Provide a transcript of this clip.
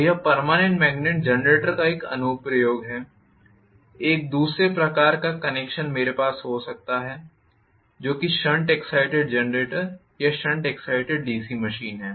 तो यह permanent magnet generator का एक अनुप्रयोग है एक दूसरे प्रकार का कनेक्शन मेरे पास हो सकता है जो कि शंट एक्साइटेड जेनरेटर या शंट एक्साइटेड डीसी मशीन है